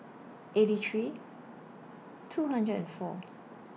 eighty three two hundred and four